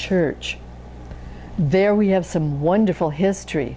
church there we have some wonderful history